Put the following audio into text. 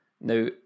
now